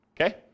Okay